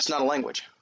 language